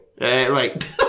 right